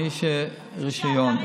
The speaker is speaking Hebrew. מי שיש לו רישיון.